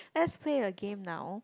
let's play a game now